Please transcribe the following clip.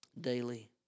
daily